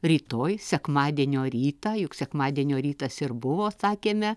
rytoj sekmadienio rytą juk sekmadienio rytas ir buvo sakėme